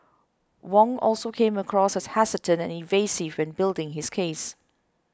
Wong also came across as hesitant and evasive when building his case